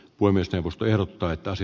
voimistelusta ja katosi